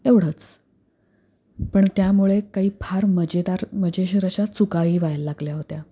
एवढंच पण त्यामुळे काही फार मजेदार मजेशीर अशा चुकाही व्हायला लागल्या होत्या